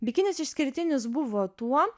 bikinis išskirtinis buvo tuo